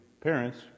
parents